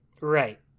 Right